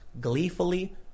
gleefully